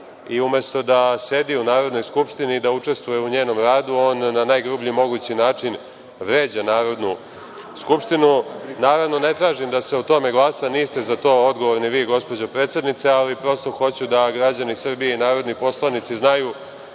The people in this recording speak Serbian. i umesto da sedi u Narodnoj skupštini i da učestvuje u njenom radu on na najgrublji mogući način vređa Narodnu skupštinu. Naravno, ne tražim da se o tome glasa, niste za to odgovorni vi gospođo predsednice, ali prosto hoću da građani Srbije i narodni poslanici znaju